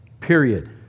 period